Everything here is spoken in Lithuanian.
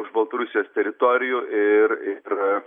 už baltarusijos teritorijų ir ir